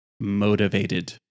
motivated